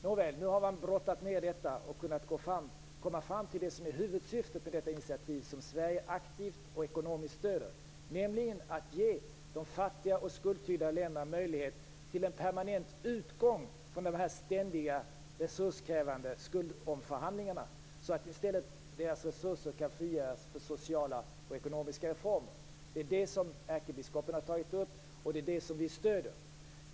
Nåväl, nu har man brottat ned detta och kommit fram till det som är huvudsyftet med det initiativ som Sverige aktivt och ekonomiskt stöder, nämligen att ge de fattiga och skuldtyngda länderna möjlighet till en permanent utgång från de ständiga resurskrävande skuldomförhandlingarna. Då kan i stället deras resurser frigöras för ekonomiska och sociala reformer. Det är det ärkebiskopen har tagit upp, och det är det vi stöder.